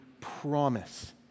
promise